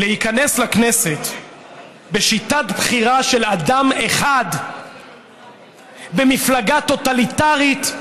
להיכנס לכנסת בשיטת בחירה של אדם אחד במפלגה טוטליטרית,